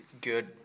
good